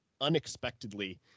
unexpectedly